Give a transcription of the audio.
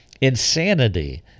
insanity